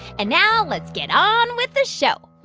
and now let's get on with the show